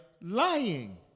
lying